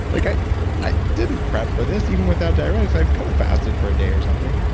like i i didn't prep for this. even without diuretics i could have fasted for a day or something.